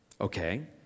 Okay